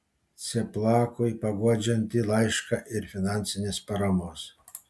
cieplakui paguodžiantį laišką ir finansinės paramos